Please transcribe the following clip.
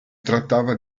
trattava